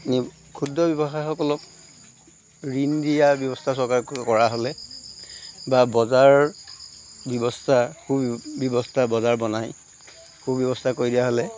নি ক্ষুদ্ৰ ব্যৱসায়সকলক ঋণ দিয়াৰ ব্যৱস্থা চৰকাৰে কৰা হ'লে বা বজাৰ ব্যৱস্থা সু ব্যৱস্থা বজাৰ বনাই সুব্যৱস্থা কৰি দিয়া হ'লে